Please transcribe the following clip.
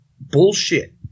bullshit